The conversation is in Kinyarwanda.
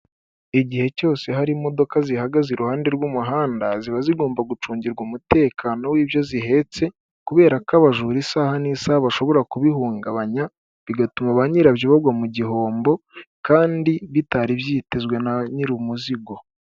Igihe cyose hari imodoka zihagaze iruhande rw'umuhanda ziba zigomba gucungirwa umutekano w'ibyo zihetse, kubera ko abajura isaha n'isaha bashobora kubihungabanya bigatuma ba nyirabyo bagwa mu gihombo kandi bitari byitezwe na nyir'umuzigo.